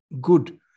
good